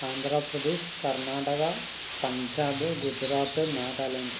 Andhra Pradesh Karnataka Punjab Gujarat Nagaland